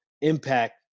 impact